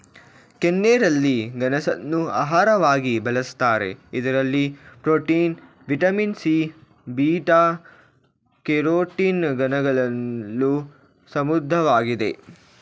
ಕೆನ್ನೇರಳೆ ಗೆಣಸನ್ನು ಆಹಾರವಾಗಿ ಬಳ್ಸತ್ತರೆ ಇದರಲ್ಲಿ protein, vitamin C, beta carotene ಗುಣಗಳು ಸಮೃದ್ಧವಾಗಿದೆ